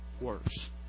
worse